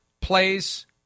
plays